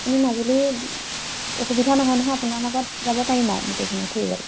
আপুনি মাজুলী অসুবিধা নহয় নহয় আপোনাৰ লগত যাব পাৰিম আৰু গোটেইখিনি ফুৰিবলে